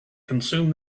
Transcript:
consume